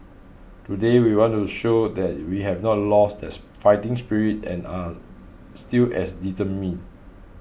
today we want to show that we have not lost that fighting spirit and are still as determined